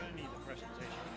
the presentation